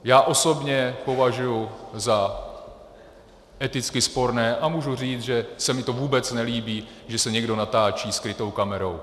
Já osobně považuji za eticky sporné, a můžu říct, že se mi to vůbec nelíbí, že se někdo natáčí skrytou kamerou.